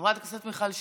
חברת הכנסת מיכל שיר.